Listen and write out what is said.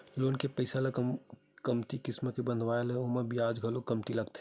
loan के पइसा ल कमती किस्त बंधवाबे त ओमा बियाज घलो कमती लागथे